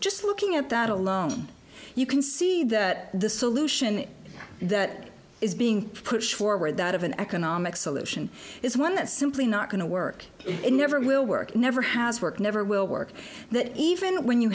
just looking at that alone you can see that the solution that is being pushed forward out of an economic solution is one that simply not going to work it never will work never has work never will work that even when you